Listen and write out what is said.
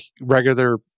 regular